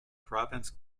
province